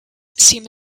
seem